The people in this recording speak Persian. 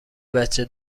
بچه